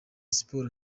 siporo